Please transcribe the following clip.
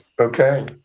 Okay